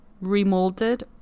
remolded